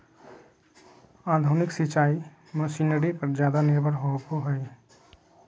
आधुनिक सिंचाई मशीनरी पर ज्यादा निर्भर होबो हइ